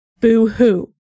Boo-hoo